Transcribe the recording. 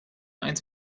eines